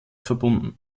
verbunden